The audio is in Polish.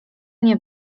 nie